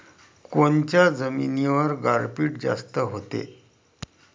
कोनच्या जमिनीवर गारपीट जास्त व्हते?